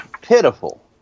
pitiful